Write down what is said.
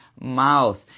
mouth